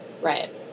Right